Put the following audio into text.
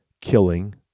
killing